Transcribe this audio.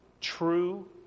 true